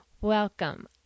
Welcome